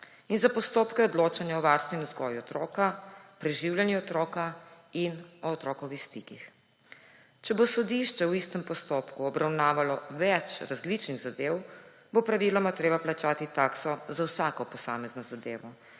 in za postopke o odločanju o varstvu in vzgoji otroka, preživljanju otroka in o otrokovih stikih. Če bo sodišče v istem postopku obravnavalo več različnih zadev, bo praviloma treba plačati takso za vsako posamezno zadevo,